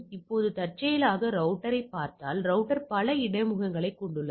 இப்போது தற்செயலாக ரவுட்டர் ஐ பார்த்தால் ரவுட்டர் பல இடைமுகங்களைக் கொண்டுள்ளது